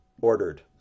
ordered